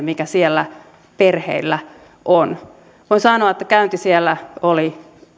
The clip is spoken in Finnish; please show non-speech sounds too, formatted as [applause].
[unintelligible] mikä siellä perheillä on voin sanoa että käynti siellä oli